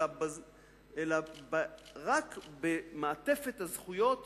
אלא רק במעטפת הזכויות